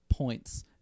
points